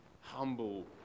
humble